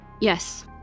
yes